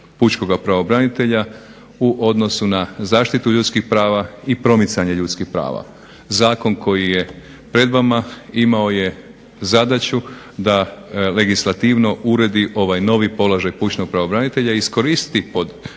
pučkoga pravobranitelja u odnosu na zaštitu ljudskih prava i promicanje ljudskih prava. Zakon koji je pred vama imao je zadaću da legislativno uredi ovaj novi položaj pučkog pravobranitelja, iskoristi taj